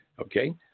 Okay